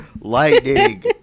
lightning